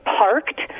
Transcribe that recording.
parked